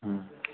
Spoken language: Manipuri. ꯎꯝ